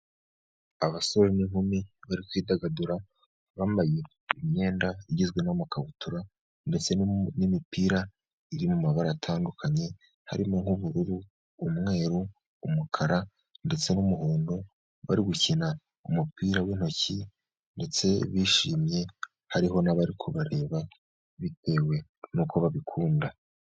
Abasore n’inkumi bari kwidagadura, bambaye imyenda igizwe n’amakabutura ndetse n’imipira iri mu mabara atandukanye, harimo nk’ubururu, umweru, umukara ndetse n’umuhondo. Bari gukina umupira w’intoki ndetse bishimye. Hariho n’abari kubareba bitewe n’uko babikunda.